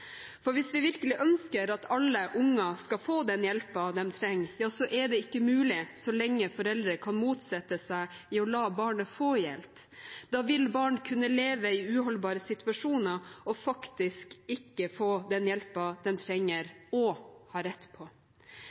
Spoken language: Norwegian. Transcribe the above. Hvis vi virkelig ønsker at alle unger skal få den hjelpen de trenger, ja, så er det ikke mulig så lenge foreldre kan motsette seg å la barnet få hjelp. Da vil barn kunne leve i uholdbare situasjoner og faktisk ikke få den hjelpen de trenger og har rett på.